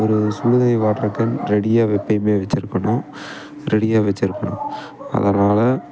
ஒரு சுடு தண்ணி வாட்டர் கேன் ரெடியாக எப்பையுமே வச்சுருக்கணும் ரெடியாக வச்சுருக்கணும் அதனால்